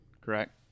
correct